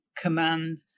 command